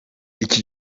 iki